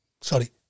sorry